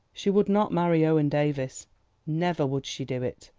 she would not marry owen davies never would she do it.